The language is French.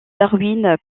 darwin